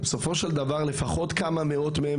ובסופו של דבר לפחות כמה מאות מהם,